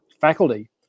faculty